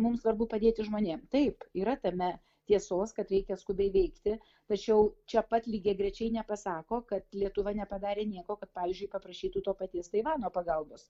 mum svarbu padėti žmonėm taip yra tame tiesos kad reikia skubiai veikti tačiau čia pat lygiagrečiai nepasako kad lietuva nepadarė nieko kad pavyzdžiui paprašytų to paties taivano pagalbos